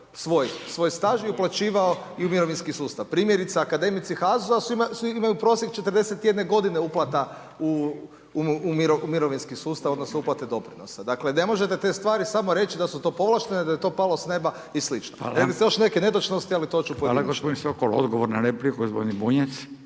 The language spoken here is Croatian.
svoj staž i uplaćivao u mirovinski sustav. Primjerice akademici HZO-a imaju prosjek 41 g. uplata u mirovinski sustav, odnosno, uplata doprinosa. Dakle, ne možete te stvari samo reći da su to povlaštene, da je to palo s neba i slično. Rekli ste još neke netočnosti ali to ću …/Govornik se ne razumije./… **Radin, Furio